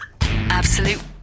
Absolute